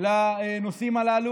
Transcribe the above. לנושאים הללו.